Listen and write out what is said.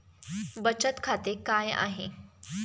बचत खाते काय आहे?